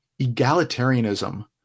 egalitarianism